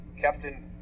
Captain